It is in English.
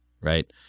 right